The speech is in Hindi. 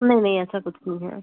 नहीं नहीं ऐसा कुछ नहीं है